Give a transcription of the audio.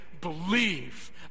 believe